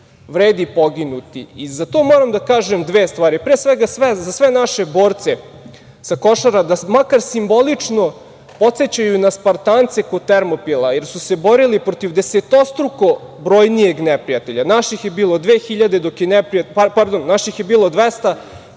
vredi poginuti“ i za to moram da kažem dve stvar. Pre svega, za sve naše borce sa Košara da makar simbolično podsećaju na Spartance kod Termopila jer su se borili protiv desetostruko brojnijeg neprijatelja. Naših je bilo 200, dok je neprijatelja bilo dve hiljade.